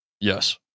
Yes